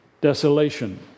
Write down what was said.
desolation